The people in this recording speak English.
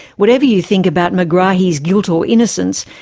whatever you think about megrahi's guilt or innocence,